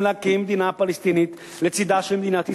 להקים מדינה פלסטינית לצדה של מדינת ישראל,